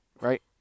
right